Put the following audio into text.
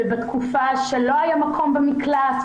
טיפלתי גם בתקופה שלא היה מקום בתקופה